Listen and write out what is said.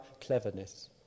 cleverness